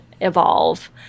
evolve